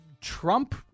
Trump